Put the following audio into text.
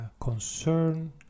concern